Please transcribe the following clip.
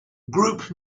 group